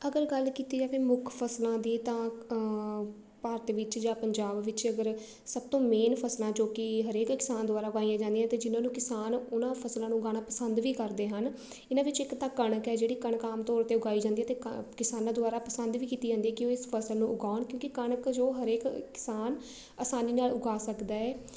ਅਗਰ ਗੱਲ ਕੀਤੀ ਜਾਵੇ ਮੁੱਖ ਫਸਲਾਂ ਦੀ ਤਾਂ ਭਾਰਤ ਵਿੱਚ ਜਾਂ ਪੰਜਾਬ ਵਿੱਚ ਅਗਰ ਸਭ ਤੋਂ ਮੇਨ ਫਸਲਾਂ ਜੋ ਕਿ ਹਰੇਕ ਕਿਸਾਨ ਦੁਆਰਾ ਉਗਾਈਆਂ ਜਾਂਦੀਆਂ ਅਤੇ ਜਿਨ੍ਹਾਂ ਨੂੰ ਕਿਸਾਨ ਉਹਨਾਂ ਫਸਲਾਂ ਨੂੰ ਉਗਾਉਣਾ ਪਸੰਦ ਵੀ ਕਰਦੇ ਹਨ ਇਹਨਾਂ ਵਿੱਚ ਇੱਕ ਤਾਂ ਕਣਕ ਹੈ ਜਿਹੜੀ ਕਣਕ ਆਮ ਤੌਰ 'ਤੇ ਉਗਾਈ ਜਾਂਦੀ ਹੈ ਅਤੇ ਕ ਕਿਸਾਨਾਂ ਦੁਆਰਾ ਪਸੰਦ ਵੀ ਕੀਤੀ ਜਾਂਦੀ ਹੈ ਕਿ ਉਹ ਇਸ ਫਸਲ ਨੂੰ ਉਗਾਉਣ ਕਿਉਂਕਿ ਕਣਕ ਜੋ ਹਰੇਕ ਕਿਸਾਨ ਆਸਾਨੀ ਨਾਲ ਉਗਾ ਸਕਦਾ ਹੈ